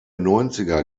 neunziger